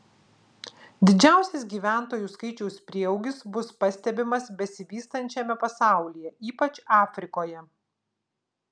didžiausias gyventojų skaičiaus prieaugis bus pastebimas besivystančiame pasaulyje ypač afrikoje